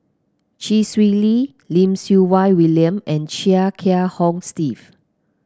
Chee Swee Lee Lim Siew Wai William and Chia Kiah Hong Steve